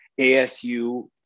ASU